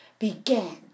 began